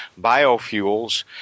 biofuels